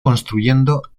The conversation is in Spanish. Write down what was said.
construyendo